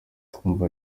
twumva